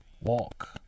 walk